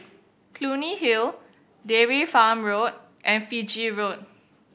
Clunny Hill Dairy Farm Road and Fiji Road